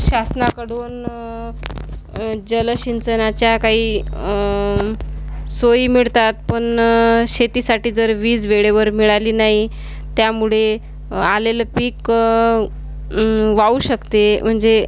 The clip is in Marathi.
शासनाकडून जलसिंचनाच्या काही सोई मिळतात पण शेतीसाठी जर वीज वेळेवर मिळाली नाही त्यामुळे आलेलं पीक वाऊ शकते म्हणजे